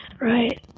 Right